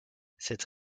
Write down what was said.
cette